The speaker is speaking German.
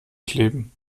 kleben